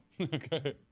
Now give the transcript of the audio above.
Okay